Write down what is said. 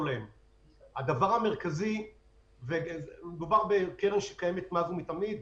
מדובר בקרן שקיימת מאז ומתמיד,